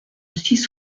six